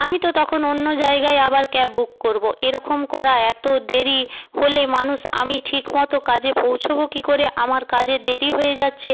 আমি তো তখন অন্য জায়গায় আবার ক্যাব বুক করবো এরকম করা এতো দেরি হলে মানুষ আমি ঠিক মতো কাজে পৌঁছোবো কী করে আমার কাজে দেরি হয়ে যাচ্ছে